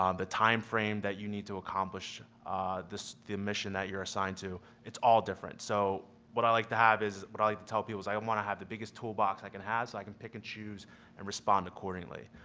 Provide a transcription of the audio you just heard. um the timeframe that you need to accomplish this the mission that you're assigned to, it's all different. so what i like to have is, what i like to tell people is i um want to have the biggest toolbox, i can have, so i can pick and choose and respond accordingly.